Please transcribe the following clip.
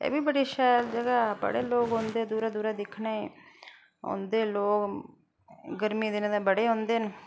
एह् बी बड़ी शैल जगह् ऐ बड़े लोग औंदे दूरा दूरा दिक्खने ई औंदे लोग गर्मियें दिनें ते बड़े औंदे न